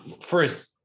first